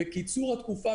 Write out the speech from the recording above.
וקיצור התקופה,